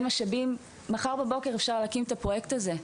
משאבים וכבר מחר בבוקר להקים את הפרויקט הזה.